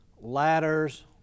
ladders